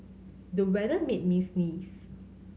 the weather made me sneeze